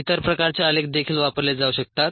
इतर प्रकारचे आलेख देखील वापरले जाऊ शकतात